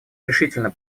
решительно